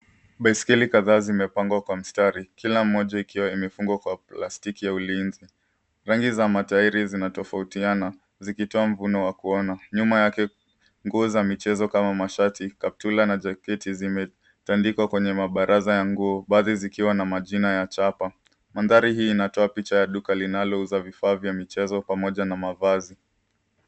Baiskeli kadhaa zimepangwa kwa mstari kila moja ikiwa imefungwa kwa plastiki ya ulinzi. Rangi za matairi zinatofautiana zikitoa mvuno wa kuona. Nyuma yake nguo za michezo kama mashati, kaptula na jaketi zimetandikwa kwenye mabaraza ya nguo baadhi zikiwa na majina ya chapa. Mandhari hii inatoa picha ya duka linalouza vifaa vya michezo pamoja na mavazi.